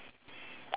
why not